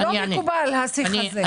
לא מקובל השיח הזה.